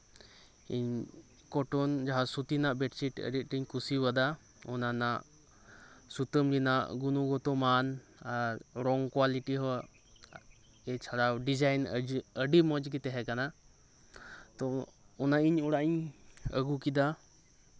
ᱤᱧ ᱠᱚᱴᱚᱱ ᱡᱟᱦᱟᱸ ᱥᱩᱛᱤ ᱨᱮᱱᱟᱜ ᱵᱮᱰᱪᱷᱤᱴ ᱟᱰᱤ ᱟᱸᱴᱤᱧ ᱠᱩᱥᱤ ᱟᱫᱟ ᱚᱱᱟ ᱨᱮᱱᱟᱜ ᱥᱩᱛᱟᱹᱢ ᱨᱮᱱᱟᱜ ᱜᱩᱱᱚᱜᱚᱛᱚ ᱢᱟᱱ ᱟᱨ ᱨᱚᱝ ᱠᱚᱣᱟᱞᱤᱴᱤ ᱦᱚᱸ ᱮᱪᱷᱟᱲᱟ ᱰᱤᱡᱟᱭᱤᱱ ᱟᱹᱰᱤ ᱢᱚᱸᱡ ᱜᱤ ᱛᱮᱦᱮᱸ ᱠᱟᱱᱟ ᱛᱚ ᱚᱱᱟ ᱜᱤ ᱚᱲᱟᱜ ᱤᱧ ᱟᱹᱜᱩ ᱠᱮᱫᱟ